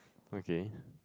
okay